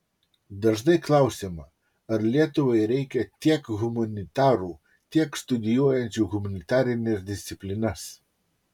dažnai klausiama ar lietuvai reikia tiek humanitarų tiek studijuojančių humanitarines disciplinas